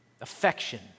affection